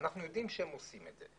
אבל אנחנו יודעים שהיא עושה זאת.